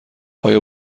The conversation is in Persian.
آیا